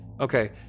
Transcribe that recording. Okay